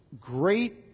great